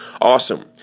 Awesome